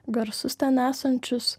garsus ten esančius